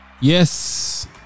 Yes